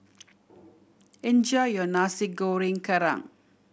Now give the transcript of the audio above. enjoy your Nasi Goreng Kerang